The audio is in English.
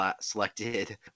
selected